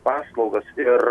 paslaugos ir